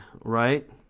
right